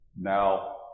now